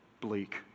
bleak